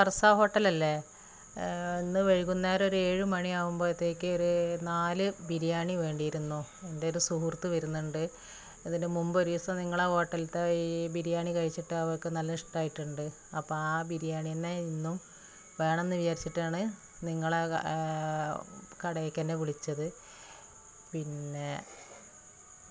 hello ഇതു ഫർസാ ഹോട്ടലല്ലേ ഇന്നു വൈകുന്നേരം ഒരു ഏഴു മണിയാകുമ്പോഴത്തേക്ക് ഒരു നാലു ബിരിയാണി വേണ്ടിയിരിന്നു എൻ്റെ ഒരു സുഹൃത്ത് വരുന്നുണ്ട് അതിനുമുമ്പ് ഒരീസം നിങ്ങളെ ഹോട്ടലിൽത്തെ ഈ ബിരിയാണി കഴിച്ചിട്ട് അവർക്ക് നല്ല ഇഷ്ടമായിട്ടുണ്ട് അപ്പോൾ ആ ബിരിയാണിതന്നെ ഇന്നും വേണമെന്ന് വിചാരിച്ചിട്ടാണ് നിങ്ങളെ കടേക്കുതന്നേ വിളിച്ചത്